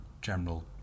general